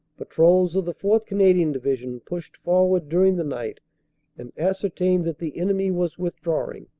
patrols of the fourth. canadian division pushed forward during the night and ascertained that the enemy was with drawing.